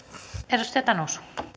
arvoisa rouva